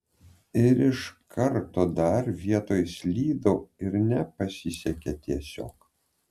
ir iš karto dar vietoj slydau ir nepasisekė tiesiog